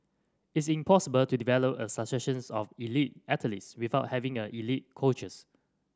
it's impossible to develop a successions of elite athletes without having a elite coaches